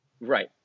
Right